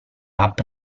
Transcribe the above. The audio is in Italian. app